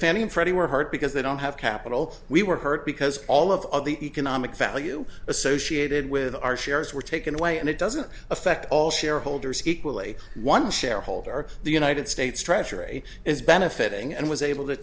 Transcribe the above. were hard because they don't have capital we were hurt because all of the economic value associated with our shares were taken away and it doesn't affect all shareholders equally one shareholder the united states treasury is benefiting and was able to